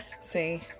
See